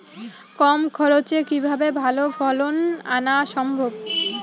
কম খরচে কিভাবে ভালো ফলন আনা সম্ভব?